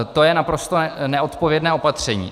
To je naprosto neodpovědné opatření.